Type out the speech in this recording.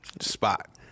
Spot